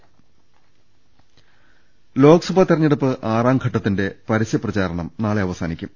ള ൽ ൾ ലോക്സഭാ തെരഞ്ഞെടുപ്പ് ആറാം ഘട്ടത്തിന്റെ പരസ്യ പ്രചാ രണം നാളെ അവസാനിക്കും